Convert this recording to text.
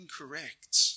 incorrect